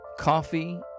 coffee